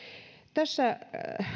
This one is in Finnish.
tässä